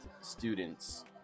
students